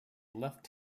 left